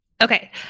Okay